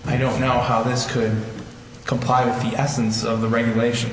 i don't know how this could compile the essence of the regulation